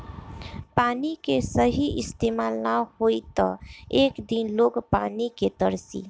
पानी के सही इस्तमाल ना होई त एक दिन लोग पानी के तरसी